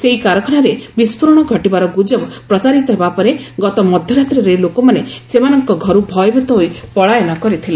ସେହି କାରଖାନାରେ ବିସ୍କୋରଣ ଘଟିବାର ଗୁଜବ ପ୍ରଚାରିତ ହେବା ପରେ ଗତ ମଧ୍ୟରାତ଼ିରେ ଲୋକମାନେ ସେମାନଙ୍କ ଘରୁ ଭୟଭୀତ ହୋଇ ପଳାୟନ କରିଥିଲେ